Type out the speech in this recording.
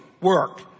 work